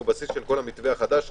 שהוא בסיס לכל המתווה החדש שלנו,